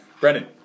Brennan